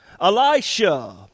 Elisha